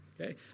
okay